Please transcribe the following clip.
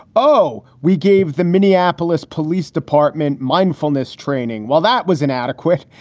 oh, we gave the minneapolis police department mindfulness training while that was inadequate.